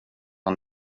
han